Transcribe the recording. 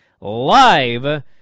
live